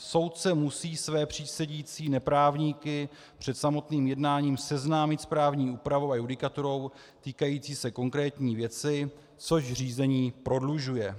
Soudce musí své přísedící neprávníky před samotným jednáním seznámit s právní úpravou a judikaturou týkající se konkrétní věci, což řízení prodlužuje.